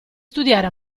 studiare